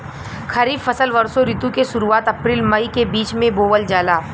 खरीफ फसल वषोॅ ऋतु के शुरुआत, अपृल मई के बीच में बोवल जाला